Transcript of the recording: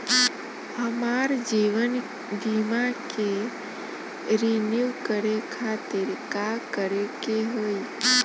हमार जीवन बीमा के रिन्यू करे खातिर का करे के होई?